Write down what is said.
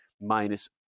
minus